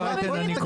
אתה מבין את זה?